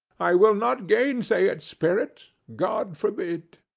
i will not gainsay it, spirit. god forbid!